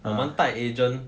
我们 tied agent